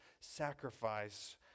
sacrifice